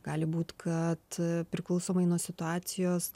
gali būt kad priklausomai nuo situacijos